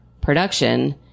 production